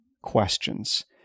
questions